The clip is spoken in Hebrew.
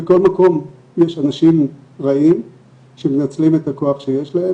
בכל מקום יש אנשים רעים שמנצלים את הכוח שיש להם